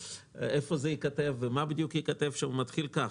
איפה זה ייכתב ומה בדיוק ייכתב שם מתחיל כך: